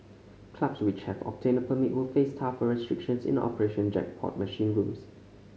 clubs which have obtained a permit will face tougher restrictions in operating jackpot machine rooms